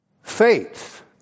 faith